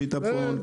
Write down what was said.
שיטפון.